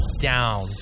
down